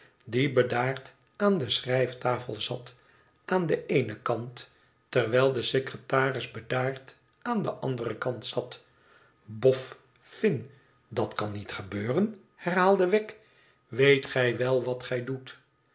die bedaard aan de schrijftafel zat aan den eenen kant terwijl de secretaris bedaard aan den anderen kant zat bof fin dat kan niet gebeuren herhaalde wegg t weet gij wel wat gij doet